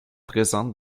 présentes